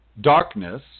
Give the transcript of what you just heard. darkness